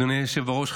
אדוני היושב בראש,